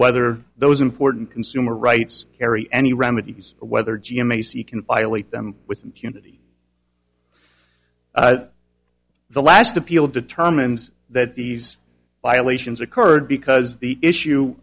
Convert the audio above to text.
whether those important consumer rights carry any remedies or whether g m a she can violate them with impunity the last appeal determines that these violations occurred because the issue